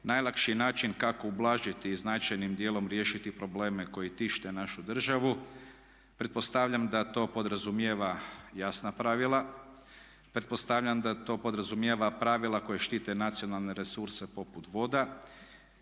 najlakši način kako ublažiti i značajnim dijelom riješiti probleme koji tište našu državu. Pretpostavljam da to podrazumijeva jasna pravila, pretpostavljam da to podrazumijeva pravila koji štite nacionalne resurse poput voda